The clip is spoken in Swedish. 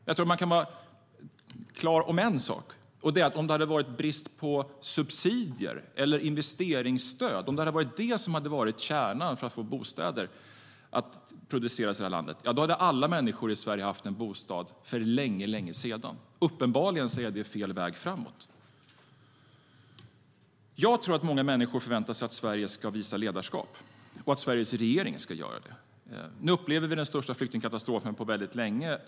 Jag tror att man kan vara klar om en sak, och det är att om det hade varit brist på subsidier eller investeringsstöd, om det alltså hade varit det som hade varit kärnan för att få bostäder att produceras i det här landet, ja då hade alla människor i Sverige haft en bostad för länge sedan. Uppenbarligen är det fel väg framåt. Jag tror att många människor förväntar sig att Sverige ska visa ledarskap och att Sveriges regering ska göra det. Nu upplever vi den största flyktingkatastrofen på länge.